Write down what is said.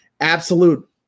absolute